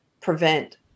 prevent